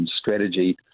strategy